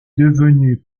devenu